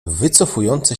wycofujące